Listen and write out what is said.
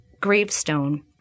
gravestone